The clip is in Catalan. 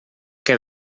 que